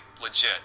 legit